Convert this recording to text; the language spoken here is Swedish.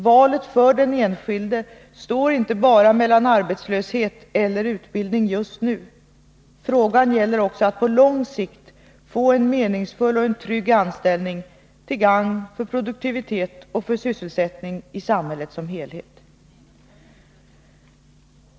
Valet för den enskilde står inte bara mellan arbetslöshet och utbildning just nu, frågan gäller också att på lång sikt få en meningsfull och trygg anställning till gagn för produktivitet och sysselsättning i samhället som helhet.